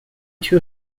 two